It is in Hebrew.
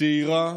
צעירה